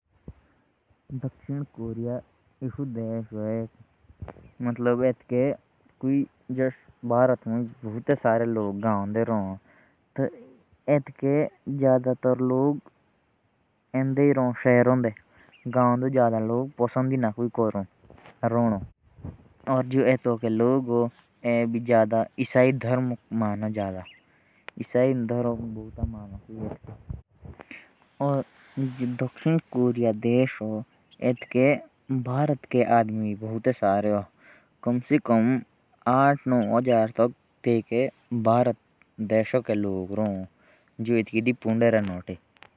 जैसे भारत में ज़्यादा लोग पहाड़ों में पसंद करते हैं। और दक्षिण कोरिया में गाँव में लोग रहना ज़्यादा पसंद नहीं करते।